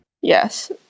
Yes